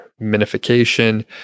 minification